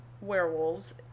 werewolves